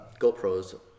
GoPros